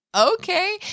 okay